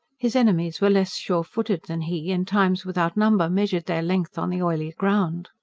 his enemies were less sure-footed than he, and times without number measured their length on the oily ground.